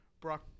Brock